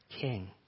King